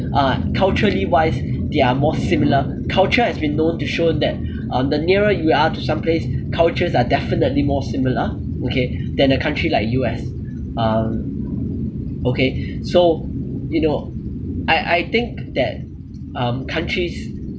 uh culturally wise they are more similar culture has been known to show that uh the nearer you are to some place cultures are definitely more similar okay than a country like U_S um okay so you know I I think that um countries